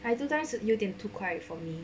but two times 有一点 too 快 for me